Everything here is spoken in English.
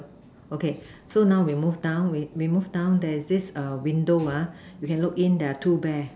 okay so now we move down we we move down there's this err window uh you can look in there are two bear